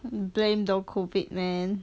blame the COVID man